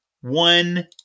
One